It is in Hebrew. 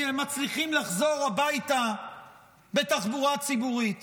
אם הם מצליחים לחזור הביתה בתחבורה ציבורית.